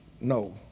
no